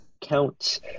count